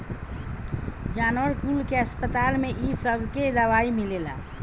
जानवर कुल के अस्पताल में इ सबके दवाई मिलेला